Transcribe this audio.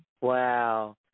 Wow